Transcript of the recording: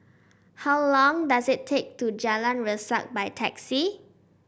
how long does it take to get to Jalan Resak by taxi